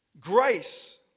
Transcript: Grace